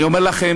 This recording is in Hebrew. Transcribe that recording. אני אומר לכם,